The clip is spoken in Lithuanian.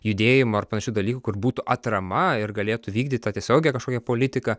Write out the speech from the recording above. judėjimo ar panašių dalykų kur būtų atrama ir galėtų vykdyti tą tiesiogę kažkokią politiką